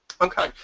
Okay